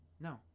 No